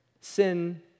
sin